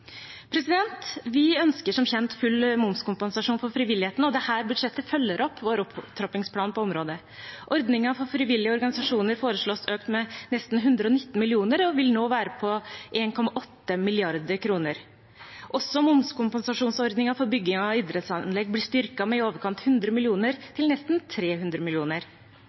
Vi ønsker som kjent full momskompensasjon for frivilligheten, og dette budsjettet følger opp vår opptrappingsplan på området. Ordningen for frivillige organisasjoner foreslås økt med nesten 119 mill. kr og vil nå være på 1,8 mrd. kr. Også momskompensasjonsordningen for bygging av idrettsanlegg blir styrket med i overkant av 100 mill. kr, til nesten 300